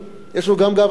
יש לנו גם גאווה לאומית.